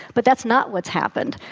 but that's not what's happened,